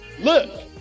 look